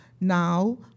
Now